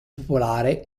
popolare